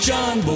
John